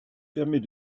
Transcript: permet